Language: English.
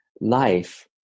life